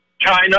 China